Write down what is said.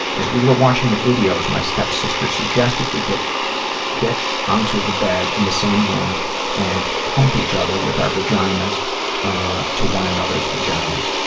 as we were watching the videos, my stepsister suggested we get get onto the bed in the same room and hump each other with our vaginas to one another's vaginas.